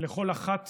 לכל אחת